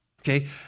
okay